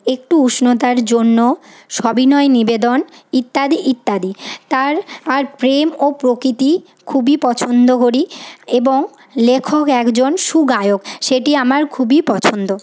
একটু উষ্ণতার জন্য সবিনয় নিবেদন ইত্যাদি ইত্যাদি তার আর প্রেম ও প্রকৃতি খুবই পছন্দ করি এবং লেখক একজন সুগায়ক সেটি আমার খুবই পছন্দ